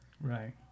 Right